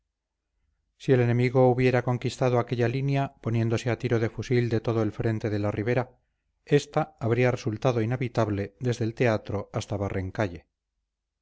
si el enemigo hubiera conquistado aquella línea poniéndose a tiro de fusil de todo el frente de la ribera esta habría resultado inhabitable desde el teatro hasta